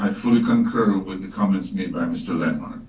and fully concur with the comments made by mr. lenhart.